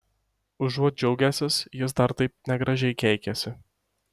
užuot džiaugęsis jis dar taip negražiai keikiasi